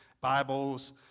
Bibles